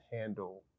handle